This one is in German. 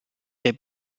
der